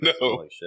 No